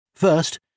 First